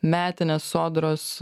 metinės sodros